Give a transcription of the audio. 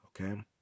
okay